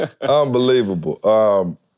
Unbelievable